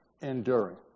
enduring